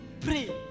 Pray